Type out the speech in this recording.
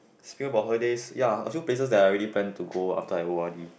speaking about holidays ya a few places that I already plan to go after I o_r_d